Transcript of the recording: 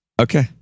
Okay